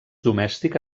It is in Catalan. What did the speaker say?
domèstic